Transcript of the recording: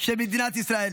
של מדינת ישראל